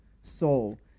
soul